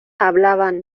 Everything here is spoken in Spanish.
hablaban